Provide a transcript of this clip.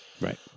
Right